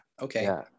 Okay